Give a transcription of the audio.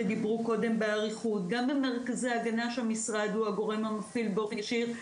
גם במרכזי הגנה שהמשרד הוא הגורם המפעיל באופן ישיר.